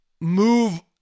move